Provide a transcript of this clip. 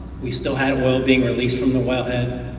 we still had oil being released form the well head.